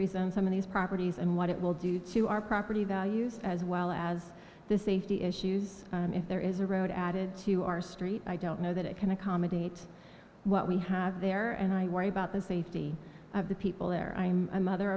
reason some of these properties and what it will do to our property values as well as the safety issues and if there is a road added to our street i don't know that it can accommodate what we have there and i worry about the safety of the people there i'm a mother